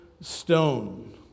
stone